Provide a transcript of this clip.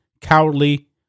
cowardly